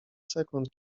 sekund